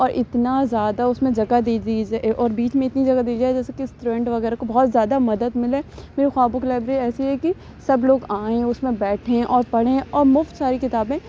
اور اتنا زیادہ اُس میں جگہ دی دیجیے اور بیچ میں اتنی جگہ دی جائے جیسے کہ اسٹوڈنٹ وغیرہ کو بہت زیادہ مدد ملے میری خوابوں کی لائبریری ایسی ہے کہ سب لوگ آئیں اُس میں بیٹھیں اور پڑھیں اور مُفت ساری کتابیں